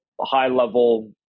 high-level